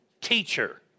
teacher